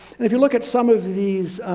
and if you look at some of these,